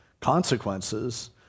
consequences